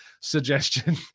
suggestion